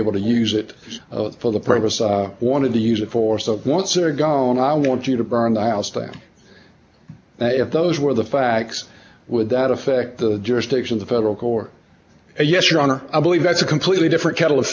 able to use it for the purpose i wanted to use of force of once they're gone i want you to burn the house down if those were the facts would that affect the jurisdiction of the federal court yes your honor i believe that's a completely different kettle of